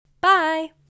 Bye